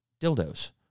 dildos